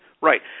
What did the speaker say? Right